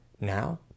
Now